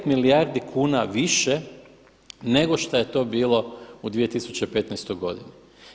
9 milijardi kuna više nego što je to bilo u 2015. godini.